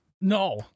No